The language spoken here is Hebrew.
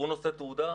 הוא נושא תעודה,